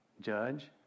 Judge